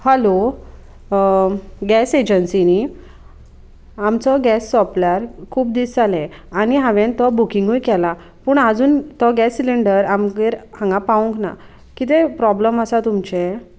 hello gas agency न्हय आमचो gas सोंपल्यार खूब दीस जाले आनी हांवें तो बुकिंगूय केला पूण आजून तो गॅस सिलंडर आमगेर हांगा पावूंक ना कितें प्रोब्लम आसा तुमचें